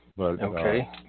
Okay